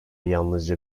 yalnızca